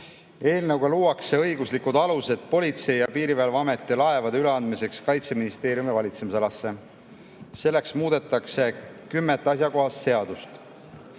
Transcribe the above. luuakse õiguslikud alused Politsei- ja Piirivalveameti laevade üleandmiseks Kaitseministeeriumi valitsemisalasse. Selleks muudetakse kümmet asjakohast seadust.